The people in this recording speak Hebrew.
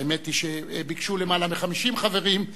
האמת היא שביקשו למעלה מ-50 חברים,